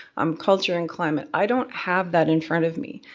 um culture and climate. i don't have that in front of me.